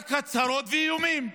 רק הצהרות ואיומים,